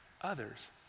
others